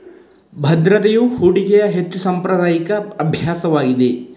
ಭದ್ರತೆಯು ಹೂಡಿಕೆಯ ಹೆಚ್ಚು ಸಾಂಪ್ರದಾಯಿಕ ಅಭ್ಯಾಸವಾಗಿದೆ